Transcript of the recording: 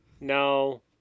No